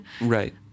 Right